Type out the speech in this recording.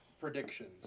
Predictions